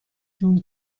جون